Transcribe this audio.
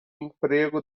emprego